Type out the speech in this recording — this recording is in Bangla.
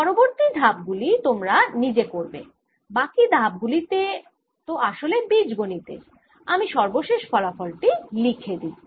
পরবর্তী ধাপ গুলি তোমরা নিজে করবে বাকি ধাপ গুলি তো আসলে বীজগণিতের আমি সর্বশেষ ফলাফল টি লিখে দিই